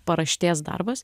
paraštės darbas